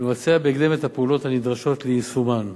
ולבצע בהקדם את הפעולות הנדרשות ליישומן.